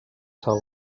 sal